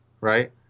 right